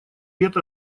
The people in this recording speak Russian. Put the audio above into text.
лет